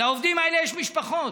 לעובדים האלה יש משפחות.